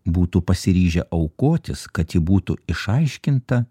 būtų pasiryžę aukotis kad ji būtų išaiškinta